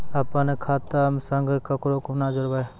अपन खाता संग ककरो कूना जोडवै?